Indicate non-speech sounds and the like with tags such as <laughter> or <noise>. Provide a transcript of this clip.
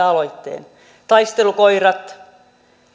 <unintelligible> aloitteen taistelukoirat